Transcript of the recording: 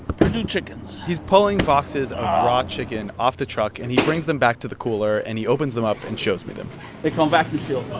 perdue chickens he's pulling boxes of um raw chicken off the truck, and he brings them back to the cooler, and he opens them up and shows me them they come vacuum-sealed